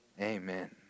Amen